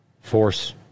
force